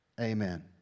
Amen